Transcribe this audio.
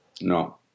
no